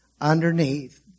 underneath